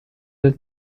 del